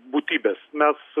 būtybės mes